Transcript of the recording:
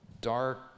dark